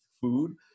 food